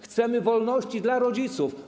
Chcemy wolności dla rodziców.